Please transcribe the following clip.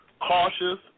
Cautious